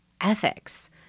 ethics